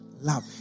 Love